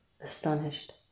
astonished